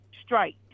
strike